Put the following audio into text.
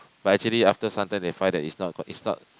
but actually after sometime they find that is not good is not